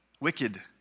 wicked